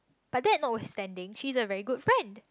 but that notwithstanding she is a very good friend